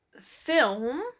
film